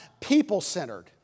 people-centered